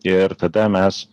ir tada mes